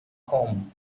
home